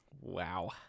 wow